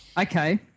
Okay